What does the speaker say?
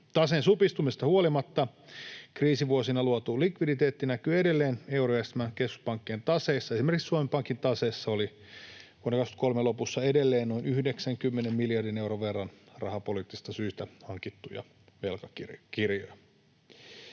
Taseen supistumisesta huolimatta kriisivuosina luotu likviditeetti näkyy edelleen eurojärjestelmän keskuspankkien taseissa. Esimerkiksi Suomen Pankin taseessa oli vuoden 23 lopussa edelleen noin 90 miljardin euron verran rahapoliittisista syistä hankittuja velkakirjoja.